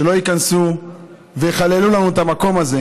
שלא ייכנסו ויחללו לנו את המקום הזה,